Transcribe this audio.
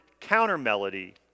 counter-melody